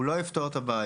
הוא לא יפתור את הבעיה.